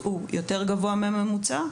יותר גבוה מהממוצע.